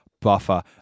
buffer